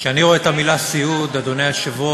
כשאני רואה את המילה סיעוד, אדוני היושב-ראש,